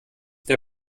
der